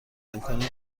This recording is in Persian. امکان